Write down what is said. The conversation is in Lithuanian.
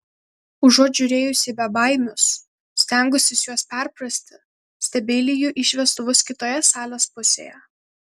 užuot žiūrėjusi į bebaimius stengusis juos perprasti stebeiliju į šviestuvus kitoje salės pusėje